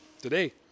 today